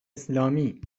اسلامی